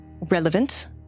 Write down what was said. relevant